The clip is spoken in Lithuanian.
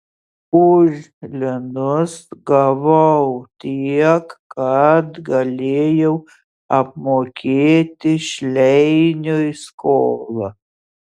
už linus gavau tiek kad galėjau apmokėti šleiniui skolą